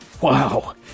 Wow